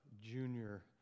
junior